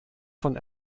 von